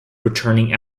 returning